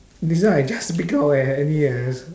this one I just pick up eh and yet like so